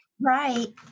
Right